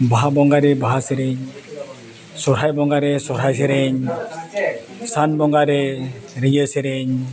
ᱵᱟᱦᱟ ᱵᱚᱸᱜᱟᱨᱮ ᱵᱟᱦᱟ ᱥᱮᱨᱮᱧ ᱥᱚᱨᱦᱟᱭ ᱵᱚᱸᱜᱟ ᱨᱮ ᱥᱚᱨᱦᱟᱭ ᱥᱮᱨᱮᱧ ᱥᱟᱱ ᱵᱚᱸᱜᱟᱨᱮ ᱨᱤᱡᱷᱟᱹ ᱥᱮᱨᱮᱧ